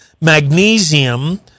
magnesium